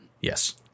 Yes